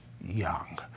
young